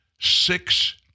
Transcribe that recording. six